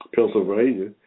Pennsylvania